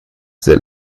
sehr